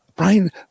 Brian